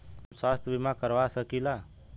हम स्वास्थ्य बीमा करवा सकी ला?